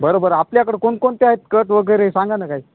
बरं बर आपल्याकडं कोणकोणते आहेत कट वगैरे सांगा ना काय